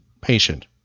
patient